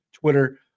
Twitter